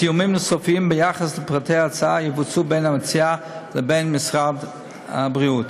תיאומים נוספים ביחס לפרטי ההצעה יבוצעו בין המציע לבין משרד הבריאות.